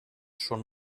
schon